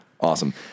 Awesome